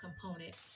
component